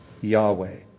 Yahweh